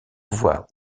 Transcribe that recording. voies